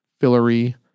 fillery